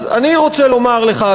אז אני רוצה לומר לך,